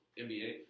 NBA